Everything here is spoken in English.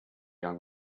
young